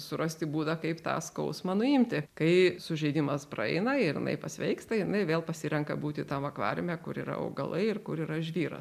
surasti būdą kaip tą skausmą nuimti kai sužeidimas praeina ir jinai pasveiksta jinai vėl pasirenka būti tam akvariume kur yra augalai ir kur yra žvyra